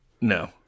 No